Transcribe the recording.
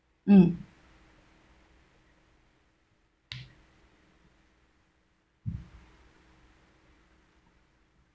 um